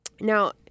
Now